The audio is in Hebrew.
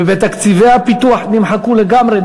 ותקציבי הפיתוח נמחקו לגמרי,